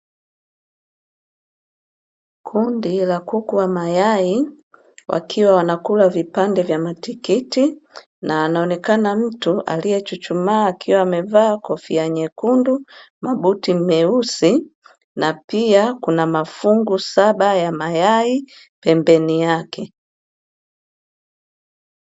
Kundi la kuku wa mayai wakiwa wanakula vipande vya matikiti, na anaonekana mtu aliyechuchumaa akiwa amevaa kofia nyekundu, mabuti meusi; na pia kuna mafungu saba ya mayai pembeni yake.